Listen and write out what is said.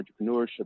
entrepreneurship